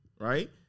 right